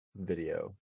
video